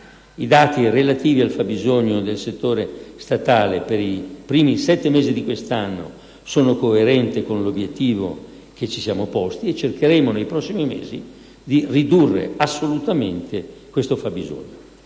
I dati relativi al fabbisogno del settore statale per i primi sette mesi di quest'anno sono coerenti con l'obiettivo che ci siamo posti, e cercheremo nei prossimi mesi di ridurre assolutamente questo fabbisogno.